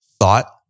thought